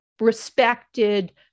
respected